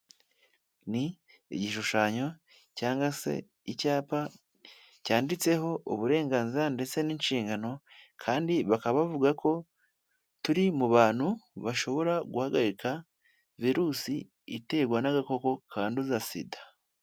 Ni igishushanyo cyangwa se icyapa cyanditseho uburenganzira ndetse n'inshingano kandi bakaba bavuga ko turi mu bantu bashobora guhagarika virusi iterwa n'agako kanduza SIDA.